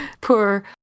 Poor